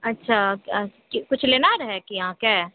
अच्छा किछु लेना रहै कि अहाँ के